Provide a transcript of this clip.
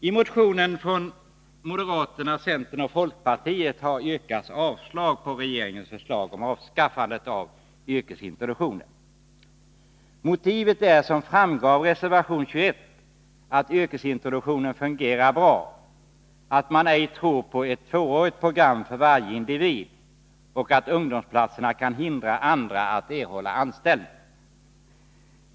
I motionen från moderaterna, centern och folkpartiet har yrkats avslag på regeringens förslag om avskaffande av yrkesintroduktionen. Motivet är, som framgår av reservation 21, att yrkesintroduktionen fungerar bra, att man ej tror på ett tvåårigt program för varje individ och att ungdomsplatserna kan hindra andra att erhålla anställning.